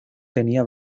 tenía